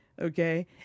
Okay